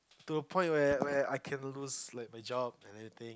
to a point where where I cannot lose my job and everything